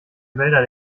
wälder